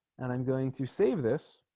and i'm going to save this